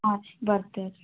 ಹಾಂ ರೀ ಬರ್ತೇವೆ ರೀ